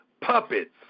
puppets